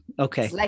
Okay